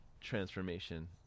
transformation